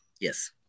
Yes